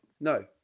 No